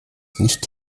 nicht